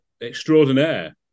extraordinaire